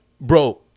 bro